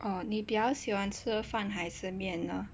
oh 你比较喜欢吃饭还是面 ah